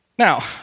Now